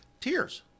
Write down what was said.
tears